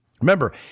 Remember